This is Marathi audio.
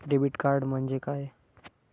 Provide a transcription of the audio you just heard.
डेबिट कार्ड म्हणजे काय?